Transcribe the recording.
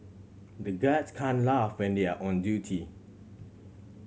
the guards can't laugh when they are on duty